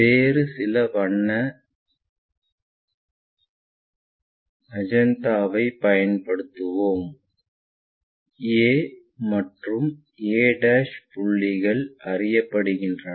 வேறு சில வண்ண மெஜந்தாவைப் பயன்படுத்துவோம் a மற்றும் a புள்ளிகள் அறியப்படுகின்றன